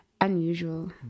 unusual